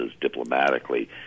diplomatically